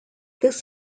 this